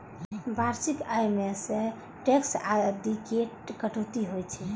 वार्षिक आय मे सं टैक्स आदिक कटौती होइ छै